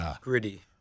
Gritty